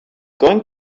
going